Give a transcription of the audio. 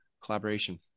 collaboration